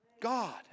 God